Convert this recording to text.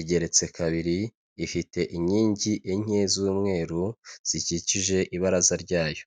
igeretse kabiri ifite inkingi enye z'umweru zikikije ibaraza ryayo.